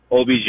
OBJ